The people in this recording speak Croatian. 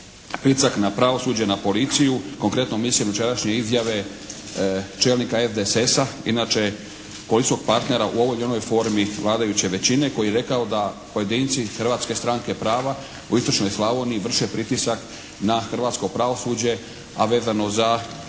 pritisak na pravosuđe, na policiju, konkretno mislim jučerašnje izjave čelnika SDSS-a inače koalicijskog partnera u ovoj ili onoj formi vladajuće većine koji je rekao da pojedinci Hrvatske stranke prava u istočnoj Slavoniji vrše pritisak na hrvatsko pravosuđe a vezano za